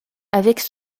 avec